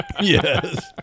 Yes